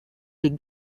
les